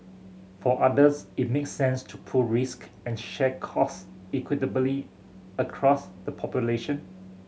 for others it makes sense to pool risk and share cost equitably across the population